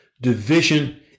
division